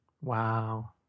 Wow